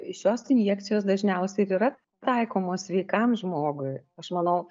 šios injekcijos dažniausiai ir yra taikomos sveikam žmogui aš manau